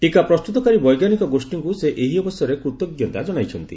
ଟୀକା ପ୍ରସ୍ତୁତକାରୀ ବୈଜ୍ଞାନିକ ଗୋଷୀଙ୍କୁ ସେ ଏହି ଅବସରରେ କୃତଜ୍ଞତା ଜଣାଇଛନ୍ତି